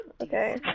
Okay